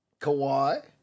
Kawhi